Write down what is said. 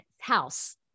house